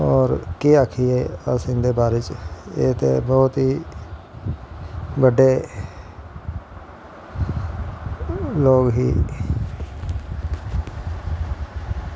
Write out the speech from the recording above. होर केह् आखचै अस इंदे बारे च एह् ते बौह्त ही बड्डे लोग हे